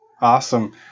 Awesome